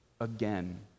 again